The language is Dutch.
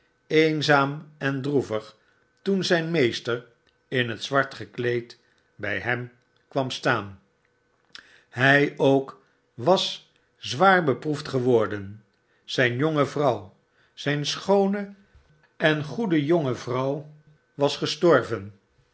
eenzaam en droevig toen zyn meester in hetzwartgekleed bij hem kwam staan hy ook was zwaar beproefd geworden zyn jonge vrouw zyn schoone en goede jonge vrouw was gestorven